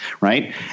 right